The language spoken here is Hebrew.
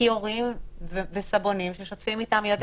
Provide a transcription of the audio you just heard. כיורים וסבונים ששוטפים איתם ידיים.